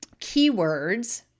keywords